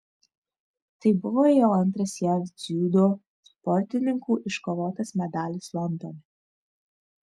tai buvo jau antras jav dziudo sportininkų iškovotas medalis londone